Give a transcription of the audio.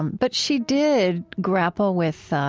but she did grapple with,